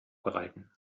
bereiten